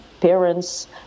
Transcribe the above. Parents